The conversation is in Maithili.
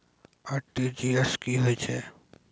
आर.टी.जी.एस की होय छै?